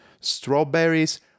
strawberries